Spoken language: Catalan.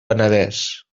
penedès